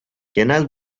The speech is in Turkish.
genel